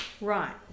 Right